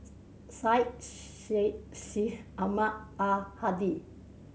Syed Sheikh She Ahmad Al Hadi